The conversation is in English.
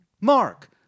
Mark